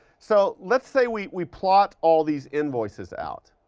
so let's say we we plot all these invoices out.